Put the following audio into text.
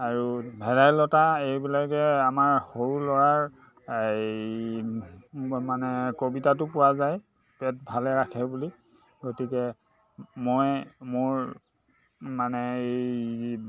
আৰু ভেদাইলতা এইবিলাকে আমাৰ সৰু ল'ৰাৰ এই মানে কবিতাটো পোৱা যায় পেট ভালে ৰাখে বুলি গতিকে মই মোৰ মানে এই